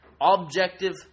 objective